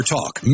Talk